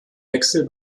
wechsel